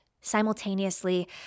simultaneously